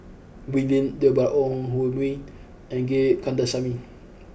Wee Lin Deborah Ong Hui Min and Gate Kandasamy